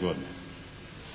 godine.